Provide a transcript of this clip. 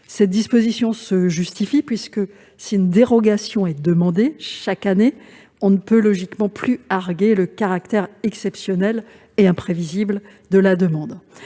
Cette position se justifie, puisque, si une dérogation est demandée chaque année, on ne peut logiquement plus arguer du caractère exceptionnel et imprévisible de la demande.